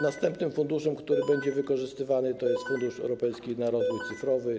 Następnym funduszem, który będzie wykorzystywany, jest Fundusz Europejski na Rozwój Cyfrowy.